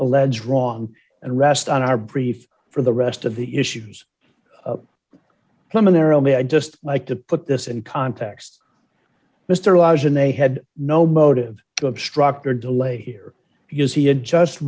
alleged wrong and rest on our brief for the rest of the issues come in there only i just like to put this in context mr lodge and they had no motive go obstruct or delay here because he had just